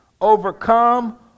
overcome